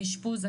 האשפוז,